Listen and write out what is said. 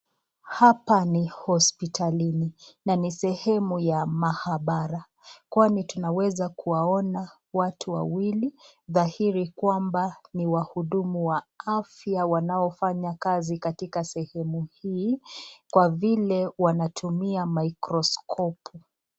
Hapa ni hospitalini na sehemu ya mahabarani kwani tunaweza kuwaona watu wawili thahiri kwamba, ni wa hudumu wa afya wanaofanya kazi katika sehemu hii kwa vile wanatumia mikrokopi.